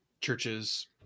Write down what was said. churches